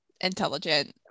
intelligent